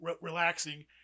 relaxing